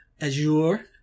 Azure